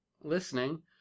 listening